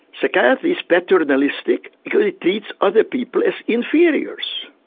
psychiatry is paternalistic because it treats other people as inferiors.